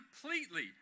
completely